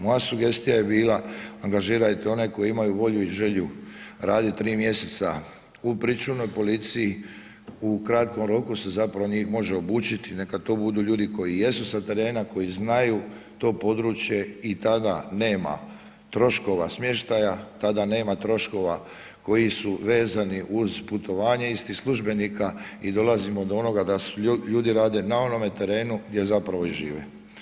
Moja sugestija je bila angažirajte one koji imaju volju i želju radit tri mjeseca u pričuvnoj policiji, u kratkom roku se zapravo njih može obučiti, neka to budu ljudi koji jesu sa terena, koji znaju to područje i tada nema troškova smještaja, tada nema troškova koji su vezani uz putovanje istih službenika i dolazimo do onoga da ljudi rade na onome terenu gdje zapravo i žive.